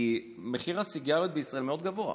כי מחיר הסיגריות בישראל מאוד גבוה.